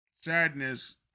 Sadness